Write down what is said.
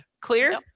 Clear